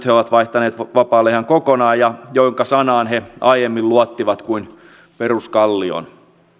he nyt ovat vaihtaneet vapaalle ihan kokonaan ja jonka sanaan he aiemmin luottivat kuin peruskallioon